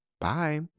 Bye